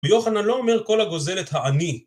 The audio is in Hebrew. ר' יוחנן לא אומר כל הגוזל את העני.